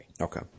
Okay